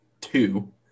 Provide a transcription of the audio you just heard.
two